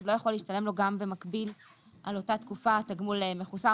לא יכול להשתלם לו גם במקביל על אותה תקופה תגמול מחוסר